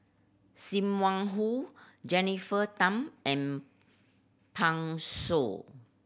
Sim Wong Hoo Jennifer Tham and Pan Shou